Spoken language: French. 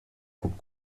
coupe